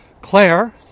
Claire